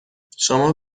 شما